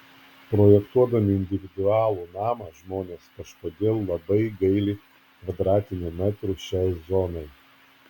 projektuodami individualų namą žmonės kažkodėl labai gaili kvadratinių metrų šiai zonai